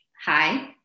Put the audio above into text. hi